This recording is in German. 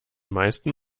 meisten